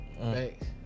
thanks